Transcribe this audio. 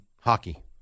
hockey